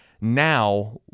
Now